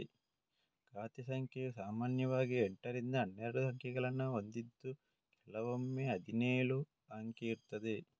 ಖಾತೆ ಸಂಖ್ಯೆಯು ಸಾಮಾನ್ಯವಾಗಿ ಎಂಟರಿಂದ ಹನ್ನೆರಡು ಅಂಕಿಗಳನ್ನ ಹೊಂದಿದ್ದು ಕೆಲವೊಮ್ಮೆ ಹದಿನೇಳು ಅಂಕೆ ಇರ್ತದೆ